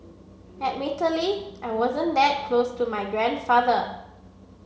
admittedly I wasn't that close to my grandfather